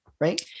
right